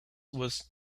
was